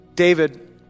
David